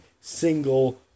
single